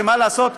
מה לעשות,